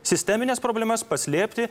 sistemines problemas paslėpti